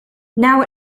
now